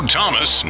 Thomas